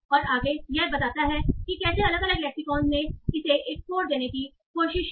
और आगे यह बताता है कि कैसे अलग अलग लेक्सीकौन ने इसे एक स्कोर देने की कोशिश की